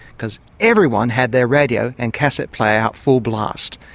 because everyone had their radio and cassette player up full blast.